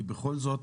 כי בכל זאת